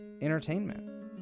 entertainment